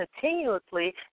continuously